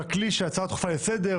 בכלי של הצעה דחופה לסדר,